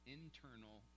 internal